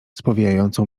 spowijającą